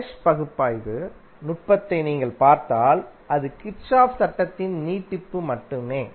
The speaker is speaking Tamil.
மெஷ் பகுப்பாய்வு நுட்பத்தை நீங்கள் பார்த்தால் அது கிர்ச்சோஃப் சட்டத்தின் நீட்டிப்பு மட்டுமே